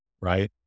right